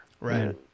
Right